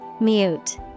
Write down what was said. Mute